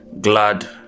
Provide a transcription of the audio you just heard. glad